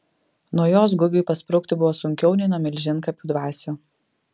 nuo jos gugiui pasprukti buvo sunkiau nei nuo milžinkapių dvasių